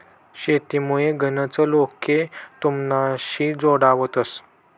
शेतीमुये गनच लोके तुमनाशी जोडावतंस